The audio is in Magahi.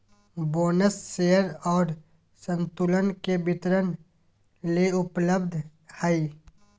बोनस शेयर और संतुलन के वितरण ले उपलब्ध हइ